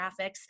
graphics